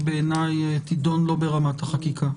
אם זה מוצע מכוח חוק בתי דין רבניים (קיום פסקי דין של גירושין)